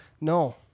No